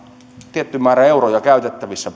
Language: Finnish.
tietty määrä euroja käytettävissä